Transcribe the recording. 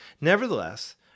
Nevertheless